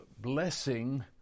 blessing